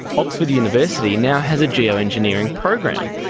oxford university now has a geo-engineering program,